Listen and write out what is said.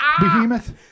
Behemoth